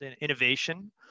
innovation